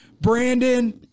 Brandon